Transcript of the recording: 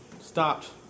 stopped